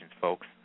Folks